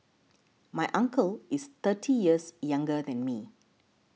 my uncle is thirty years younger than me